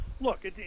look